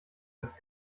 des